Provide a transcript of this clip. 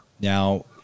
Now